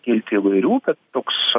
kilti įvairių bet toks